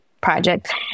project